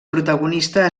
protagonista